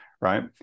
right